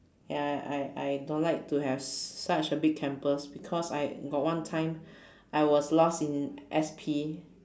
ya I I I don't like to have such a big campus because I got one time I was lost in S_P